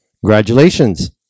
Congratulations